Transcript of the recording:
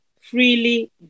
freely